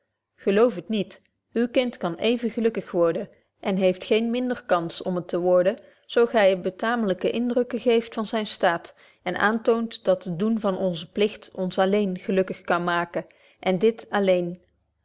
gelooft het niet uw kind kan even gelukkig worden en heeft geen minder kans om het te worden zo gy het betaamlyke indrukken geeft van zynen staat en aantoont dat het doen van onzen plicht ons alleen gelukkig kan maken en dit alleen